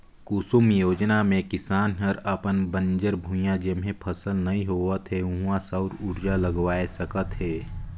कुसुम योजना मे किसान हर अपन बंजर भुइयां जेम्हे फसल नइ होवत हे उहां सउर उरजा लगवाये सकत हे